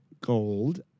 Gold